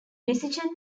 decision